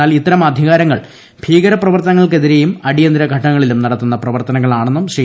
എന്നാൽ ഇത്തരം ഭീകരപ്രവർത്തനങ്ങൾക്കെതിരെയും അടിയന്തിര ഘട്ടങ്ങളിലും നടത്തുന്ന പ്രവർത്തനങ്ങളാണെന്നും ശ്രീ